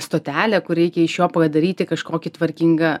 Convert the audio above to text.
stotelė kur reikia iš jo padaryti kažkokį tvarkingą